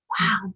wow